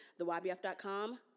Theybf.com